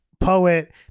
Poet